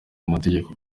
amategeko